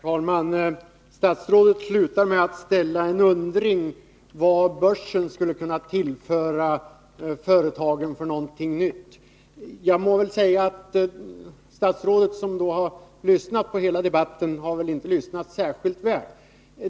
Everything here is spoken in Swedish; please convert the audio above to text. Herr talman! Statsrådet avslutade sitt senaste anförande med en fundering kring vad nytt börsen skulle kunna tillföra företagen. Jag vill då framhålla att statsrådet, som har lyssnat på hela debatten, inte kan ha lyssnat särskilt väl.